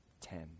ten